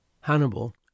hannibal